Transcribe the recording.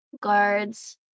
guards